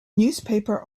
newspaper